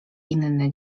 inne